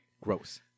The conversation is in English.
Gross